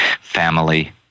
family